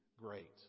great